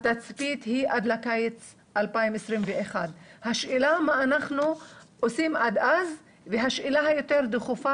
הצפי הוא לקיץ 2021. השאלה מה אנחנו עושים עד אז והשאלה היותר דחופה